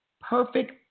perfect